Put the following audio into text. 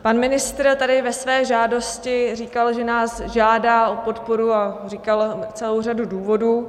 Pan ministr tady ve své žádosti říkal, že nás žádá o podporu, a říkal celou řadu důvodů.